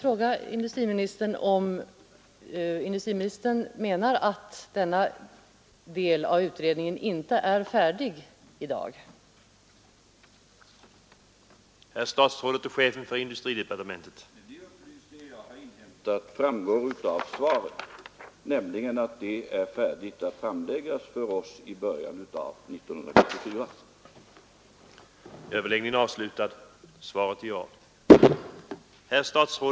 Får jag då fråga om industriministern menar att denna del av utredningen inte är färdig i dag.